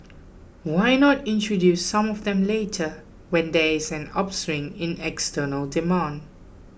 why not introduce some of them later when there is an upswing in external demand